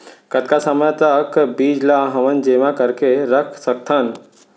कतका समय तक बीज ला हमन जेमा करके रख सकथन?